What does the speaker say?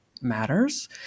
matters